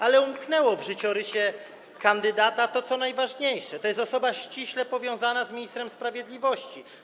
Ale umknęło w życiorysie kandydata to, co najważniejsze - to jest osoba ściśle powiązana z ministrem sprawiedliwości.